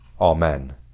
Amen